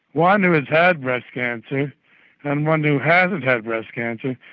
one who has had breast cancer and one who hasn't had breast cancer,